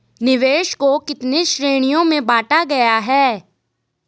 निवेश को कितने श्रेणियों में बांटा गया है?